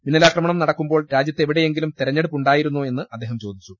മിന്നലാക്രമണം നടക്കുമ്പോൾ രാജ്യ ത്തെവിടെയെങ്കിലും തെരഞ്ഞെടുപ്പ് ഉണ്ടായിരുന്നോ എന്ന് അദ്ദേഹം ചോദിച്ചു